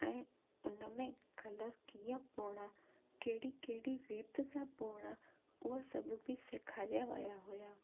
ऐं उन में कलर कीअं पोइणा कहिड़ी कहिड़ी रीति सां पोइणा उहे सभु बि सेखारियो वियो हुओ